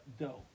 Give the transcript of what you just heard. dough